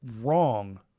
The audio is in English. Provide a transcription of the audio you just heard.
wrong